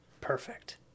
Perfect